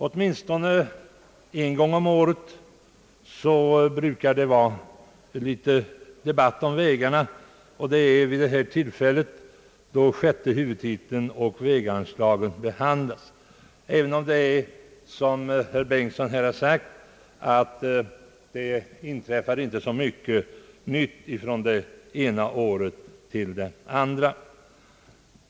Åtminstone en gång om året brukar det äga rum debatt om vägarna, och det är vid det tillfället då sjätte huvudtiteln och väganslagen behandlas, även om det — som herr Bengtson här har sagt — inte inträffar så mycket nytt från det ena året till det andra.